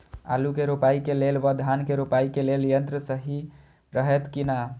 आलु के रोपाई के लेल व धान के रोपाई के लेल यन्त्र सहि रहैत कि ना?